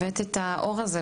על שהבאת את האור הזה,